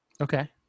Okay